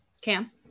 Cam